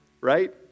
right